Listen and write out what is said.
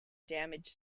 damaged